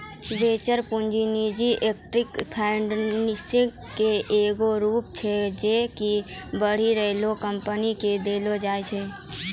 venture पूंजी निजी equity financing के एगो रूप छै जे कि बढ़ि रहलो कंपनी के देलो जाय छै